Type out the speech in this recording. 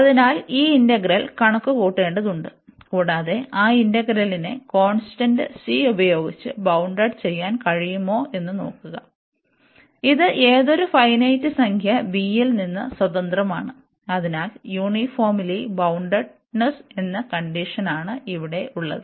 അതിനാൽ ഈ ഇന്റഗ്രൽ കണക്കുകൂട്ടേണ്ടതുണ്ട് കൂടാതെ ആ ഇന്റഗ്രലിനെ കോൺസ്റ്റന്റ് c ഉപയോഗിച്ച് ബൌൺഡ് ചെയ്യാൻ കഴിയുമോ എന്ന് നോക്കുക ഇത് ഏതൊരു ഫൈനെറ്റ് സംഖ്യ b യിൽ നിന്ന് സ്വതന്ത്രമാണ് അതിനാൽ യൂണിഫോംലി ബൌണ്ടഡ്നെസ്സ് എന്ന കണ്ടിഷനാണ് ഇവിടെ ഉള്ളത്